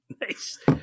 Nice